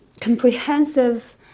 comprehensive